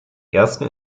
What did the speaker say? ersten